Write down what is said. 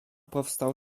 powstał